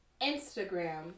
Instagram